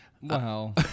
Wow